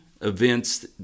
events